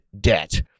debt